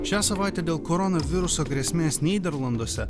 šią savaitę dėl koronaviruso grėsmės nyderlanduose